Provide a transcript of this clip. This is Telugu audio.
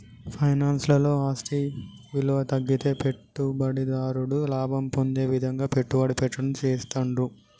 ఫైనాన్స్ లలో ఆస్తి విలువ తగ్గితే పెట్టుబడిదారుడు లాభం పొందే విధంగా పెట్టుబడి పెట్టడం చేస్తాండ్రు